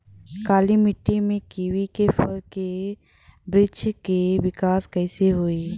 काली मिट्टी में कीवी के फल के बृछ के विकास कइसे होई?